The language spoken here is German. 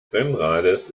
rennrades